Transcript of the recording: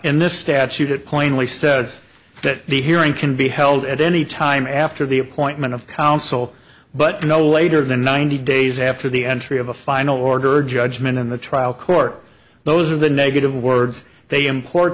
in this statute it plainly says that the hearing can be held at any time after the appointment of counsel but no later than ninety days after the entry of a final order judgment in the trial court those are the negative words they import